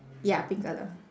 ya pink colour